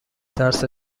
ترس